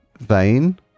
vein